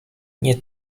nie